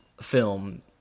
film